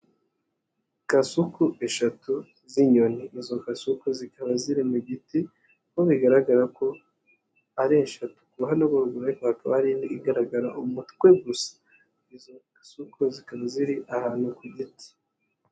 Kasuku eshatu z'inyoni, izo Kasuku zikaba ziri mu giti, aho bigaragara ko ari eshatu, ku ruhande rwo ruguru ariko hakaba hari indi igaragara umutwe gusa, izo Kasuku zikaba ziri ahantu ku giti.